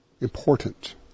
important